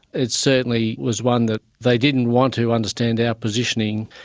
it certainly was one that they didn't want to understand our positioning.